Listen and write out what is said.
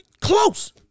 close